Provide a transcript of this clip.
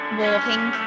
walking